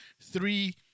three